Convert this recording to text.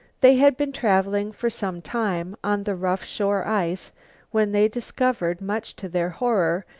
they had been traveling for some time on the rough shore ice when they discovered, much to their horror,